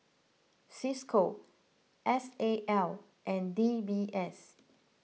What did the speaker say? Cisco S A L and D B S